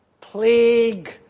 plague